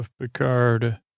picard